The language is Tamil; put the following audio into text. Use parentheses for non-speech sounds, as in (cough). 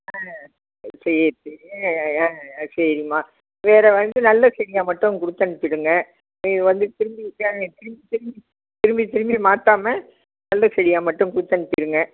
ஆ சரி சரி ஆ ஆ சரிம்மா வேறு வந்து நல்ல செடியாக மட்டும் கொடுத்தனுப்பிடுங்க இது வந்து திரும்பி (unintelligible) திரும்பி திரும்பி திரும்பி திரும்பி மாற்றாம நல்ல செடியாக மட்டும் கொடுத்தனுப்பிருங்க